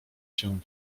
się